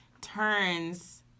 turns